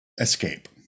escape